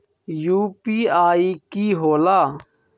UPI कि होला?